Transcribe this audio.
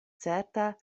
certa